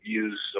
use